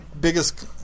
biggest